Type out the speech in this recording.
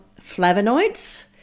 flavonoids